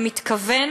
במתכוון